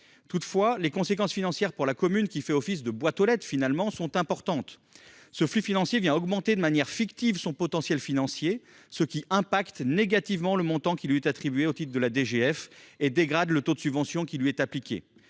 Toutefois, les conséquences financières pour la commune qui fait office de boîte aux lettres sont significatives : ce flux financier accroît de manière fictive son potentiel financier, ce qui a pour effet de réduire le montant qui lui est attribué au titre de la DGF et de dégrader le taux de subvention qui lui est appliqué.